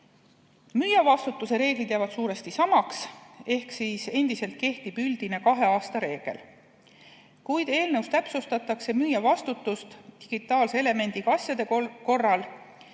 Müüja vastutuse reeglid jäävad suuresti samaks ehk siis endiselt kehtib üldine kahe aasta reegel, kuid eelnõus täpsustatakse müüja vastutust digitaalse elemendiga asjade korral,